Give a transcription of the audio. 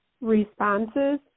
responses